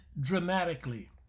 dramatically